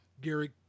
Gary